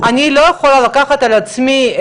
אני לא יכולה לקחת על עצמי,